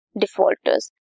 defaulters